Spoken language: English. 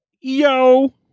Yo